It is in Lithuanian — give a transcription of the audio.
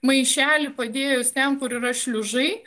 maišelį padėjus ten kur yra šliužai